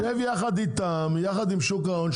תשב יחד איתם, יחד עם שוק ההון.